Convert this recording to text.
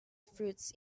fruits